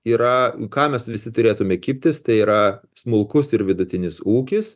yra ką mes visi turėtume kibtis tai yra smulkus ir vidutinis ūkis